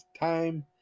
time